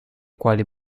quali